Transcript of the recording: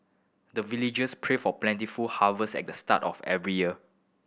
the villagers pray for plentiful harvest at the start of every year